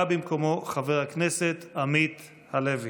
בא במקומו חבר הכנסת עמית הלוי.